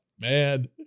man